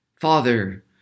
Father